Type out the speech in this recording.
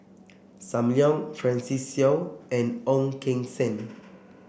Sam Leong Francis Seow and Ong Keng Sen